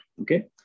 Okay